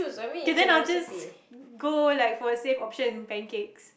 then I'll just go like for a safe option pancakes